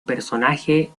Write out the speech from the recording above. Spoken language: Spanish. personaje